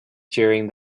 during